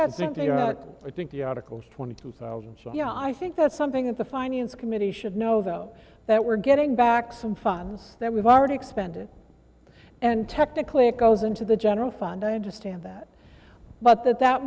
think they are but i think the article twenty two thousand so you know i think that's something that the finance committee should know though that we're getting back some funds that we've already expended and technically it goes into the general fund i understand that but that that